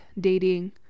dating